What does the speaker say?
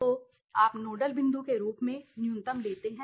तो आप नोडल बिंदु के रूप में न्यूनतम मूल्य लेते हैं